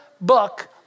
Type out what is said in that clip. book